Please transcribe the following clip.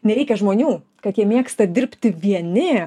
nereikia žmonių kad jie mėgsta dirbti vieni